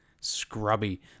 scrubby